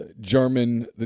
German